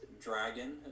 Dragon